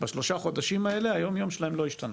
בשלושה חודשים האלה, היומיום שלהם לא השתנה.